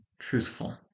truthful